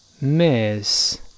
miss